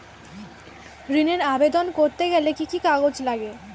ঋণের আবেদন করতে গেলে কি কি কাগজ লাগে?